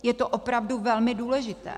Je to opravdu velmi důležité.